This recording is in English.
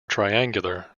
triangular